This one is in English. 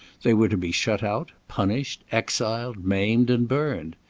they were to be shut out, punished, exiled, maimed, and burned.